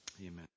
Amen